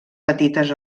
petites